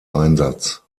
einsatz